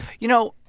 you know,